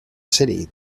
city